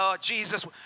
Jesus